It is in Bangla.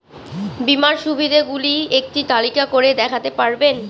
বীমার সুবিধে গুলি একটি তালিকা করে দেখাতে পারবেন?